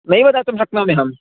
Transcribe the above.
नैव दातुं शक्नोम्यहं